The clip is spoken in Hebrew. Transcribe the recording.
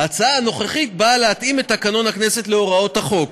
ההצעה הנוכחית באה להתאים את תקנון הכנסת להוראות החוק,